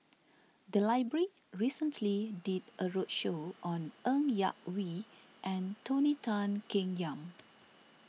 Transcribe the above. the library recently did a roadshow on Ng Yak Whee and Tony Tan Keng Yam